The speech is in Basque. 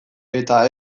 eta